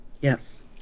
Yes